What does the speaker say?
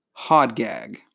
Hodgag